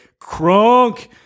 crunk